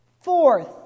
Fourth